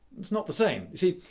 it's not the same. you see,